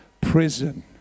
prison